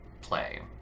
play